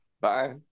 bye